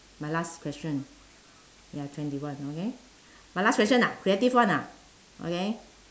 my last question ya twenty one okay my last question lah creative one ah okay